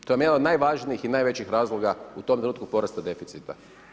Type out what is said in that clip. To je jedan od najvažnijih i najvećih razloga u tom trenutku porasta deficita.